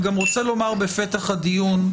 אני גם רוצה לומר בפתח הדיון,